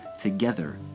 together